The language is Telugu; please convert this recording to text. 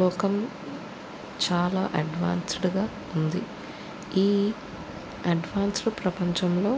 లోకం చాలా అడ్వాన్స్డ్గా ఉంది ఈ అడ్వాన్స్డ్ ప్రపంచంలో